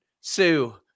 Sue